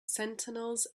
sentinels